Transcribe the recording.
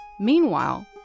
Meanwhile